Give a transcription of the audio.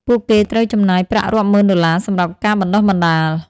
ពួកគេត្រូវចំណាយប្រាក់រាប់ម៉ឺនដុល្លារសម្រាប់ការបណ្ដុះបណ្ដាល។